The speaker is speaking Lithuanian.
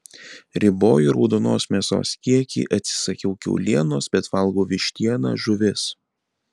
riboju raudonos mėsos kiekį atsisakiau kiaulienos bet valgau vištieną žuvis